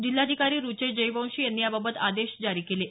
जिल्हाधिकारी रुचेश जयवंशी यांनी याबाबत आदेश जारी केले आहेत